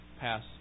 pass